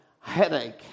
headache